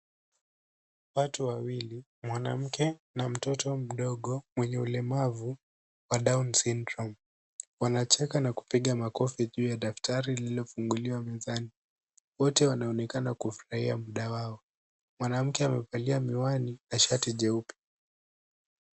Watu wawili, mwanamke na mtoto mdogo mwenye ulemavu wa down sydrome .Wanacheka na kupiga makofi juu ya daftari lililofunguliwa mezani. Wote wanaonekana kufurahia muda wao. Mwanamke amevalia miwani na shati jeupe.